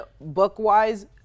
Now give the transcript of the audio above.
book-wise